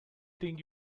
think